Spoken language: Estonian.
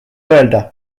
öelda